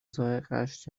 ذائقهاش